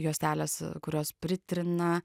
juostelės kurios pritrina